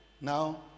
now